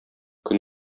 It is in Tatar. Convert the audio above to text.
көн